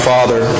Father